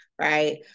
right